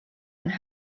and